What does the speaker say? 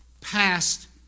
passed